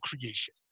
creation